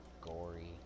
gory